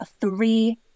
three